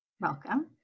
Welcome